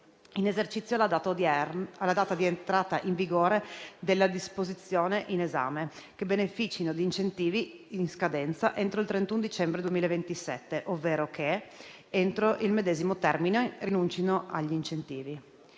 in esercizio alla data di entrata in vigore della presente disposizione, che beneficino di incentivi in scadenza entro il 31 dicembre 2027 ovvero che, entro il medesimo termine, rinuncino agli incentivi